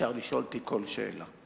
ואפשר לשאול אותי כל שאלה.